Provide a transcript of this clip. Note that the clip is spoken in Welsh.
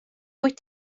wyt